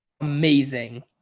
amazing